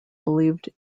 believed